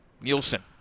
Nielsen